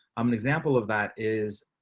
i'm an example of that is